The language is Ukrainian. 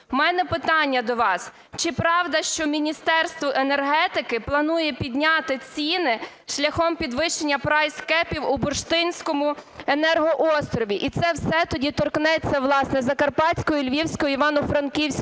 У мене питання до вас. Чи правда, що Міністерство енергетики планує підняти ціни шляхом підвищення прайскепів у Бурштинському енергоострові? І це все тоді торкнеться, власне, Закарпатської, Львівської, Івано-Франківської